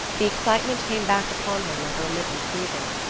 the excitement came back upon her like a remittent fever.